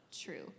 true